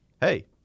Hey